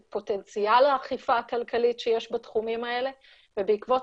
את פוטנציאל האכיפה הכלכלית שיש בתחומים האלה ובעקבות